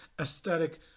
aesthetic